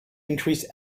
increase